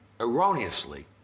erroneously